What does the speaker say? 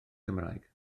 cymraeg